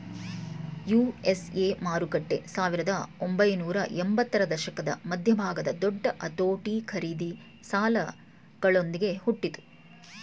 USA ಮಾರುಕಟ್ಟೆ ಸಾವಿರದ ಒಂಬೈನೂರ ಎಂಬತ್ತರ ದಶಕದ ಮಧ್ಯಭಾಗದ ದೊಡ್ಡ ಅತೋಟಿ ಖರೀದಿ ಸಾಲಗಳೊಂದ್ಗೆ ಹುಟ್ಟಿತು